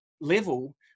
level